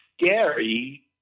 scary